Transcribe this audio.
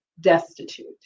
destitute